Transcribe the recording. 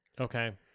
Okay